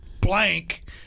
blank